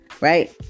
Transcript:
right